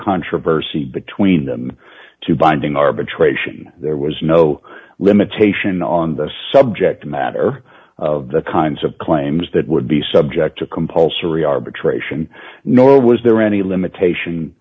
controversy between them to binding arbitration there was no limitation on the subject matter of the kinds of claims that would be subject to compulsory arbitration nor was there any limitation